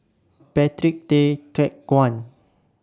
Patrick Tay Teck Guan